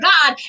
God